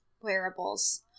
Wearables